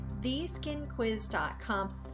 theskinquiz.com